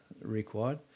required